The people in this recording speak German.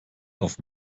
auf